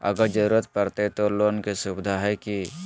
अगर जरूरत परते तो लोन के सुविधा है की?